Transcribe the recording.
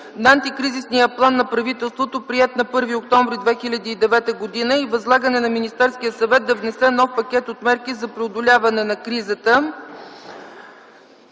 на Антикризисния план на правителството, приет на 1 октомври 2009 г., и възлагане на Министерския съвет да внесе нов пакет от мерки за преодоляване на кризата.